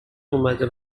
اومده